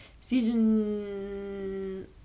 season